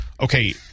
okay